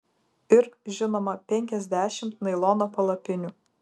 ir žinoma penkiasdešimt nailono palapinių